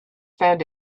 found